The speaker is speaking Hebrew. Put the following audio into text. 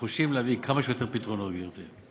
נחושים להביא כמה שיותר פתרונות, גברתי.